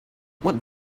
what